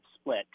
split